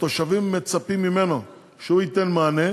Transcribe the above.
התושבים מצפים ממנו שהוא ייתן מענה,